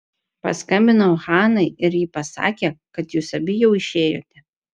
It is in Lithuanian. paskambinau hanai ir ji pasakė kad jūs abi jau išėjote